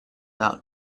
out